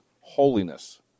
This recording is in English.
holiness